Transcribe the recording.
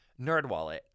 NerdWallet